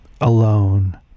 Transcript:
alone